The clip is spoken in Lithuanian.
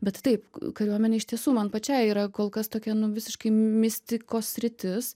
bet taip kariuomenė iš tiesų man pačiai yra kol kas tokia visiškai mistikos sritis